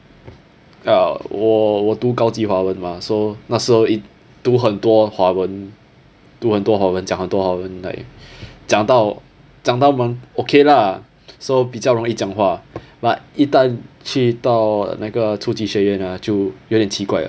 ah 我我读高级华文 mah so 那时候读很多华文读很多华文讲很多华文 like 讲到讲到蛮 okay lah so 比较容易讲话 but 一旦去到那个初级学院啊就有点奇怪 ah